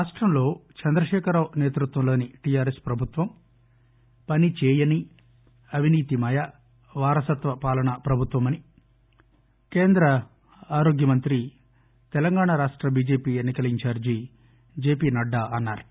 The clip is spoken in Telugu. రాష్టంలో చంద్రశేఖరరావు నేతృత్వంలోని టిఆర్ ఎస్ ప్రభుత్వం పనిచేయని అవినీతిమయ వారసత్వ పాలనా ప్రభుత్వమని కేంద్ర ఆరోగ్య మంత్రి తెలంగాణా రాష్ట బిజెపి ఎన్ని కల ఇంఛార్షి జెపి నడ్లా అన్నా రు